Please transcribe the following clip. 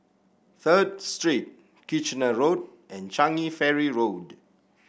Third Street Kitchener Road and Changi Ferry Road